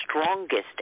strongest